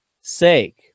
sake